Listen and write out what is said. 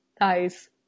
Nice